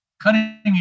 cutting